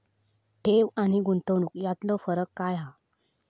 ठेव आनी गुंतवणूक यातलो फरक काय हा?